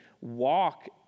walk